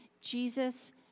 Jesus